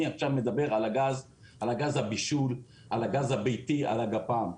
אני עכשיו מדבר על גז הבישול, הגז הביתי, הגפ"מ.